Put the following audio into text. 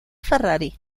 ferrari